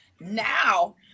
now